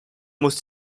muss